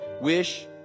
wish